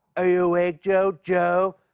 are you awake, joe? joe?